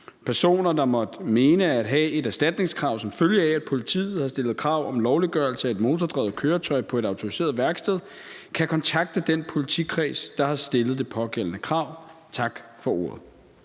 Personer, der måtte mene at have et erstatningskrav, som følge af at politiet har stillet krav om lovliggørelse af et motordrevet køretøj på et autoriseret værktøj, kan kontakte den politikreds, der har stillet det pågældende krav. Tak for ordet.